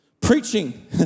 preaching